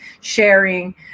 sharing